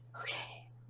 Okay